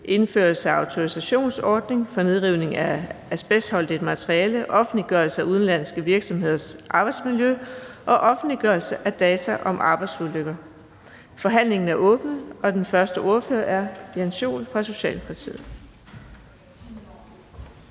(Indførelse af autorisationsordning for nedrivning af asbestholdigt materiale, offentliggørelse af udenlandske virksomheders arbejdsmiljø og offentliggørelse af data om arbejdsulykker). Af beskæftigelsesministeren (Ane Halsboe-Jørgensen). (Fremsættelse